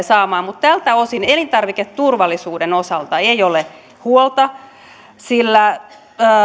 saamaan mutta tältä osin elintarviketurvallisuuden osalta ei ole huolta sillä